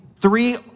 three